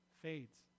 fades